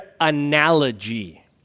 analogy